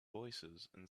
voicesand